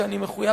שאני מחויב,